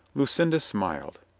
lucinda smiled.